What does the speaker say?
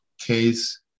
case